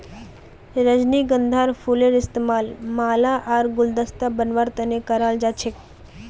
रजनीगंधार फूलेर इस्तमाल माला आर गुलदस्ता बनव्वार तने कराल जा छेक